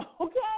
Okay